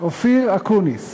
אופיר אקוניס,